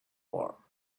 war